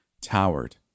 towered